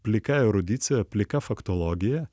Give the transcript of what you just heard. plika erudicija plika faktologija